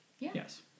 Yes